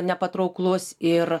nepatrauklus ir